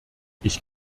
ich